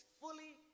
fully